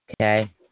Okay